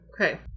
Okay